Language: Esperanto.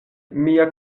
mia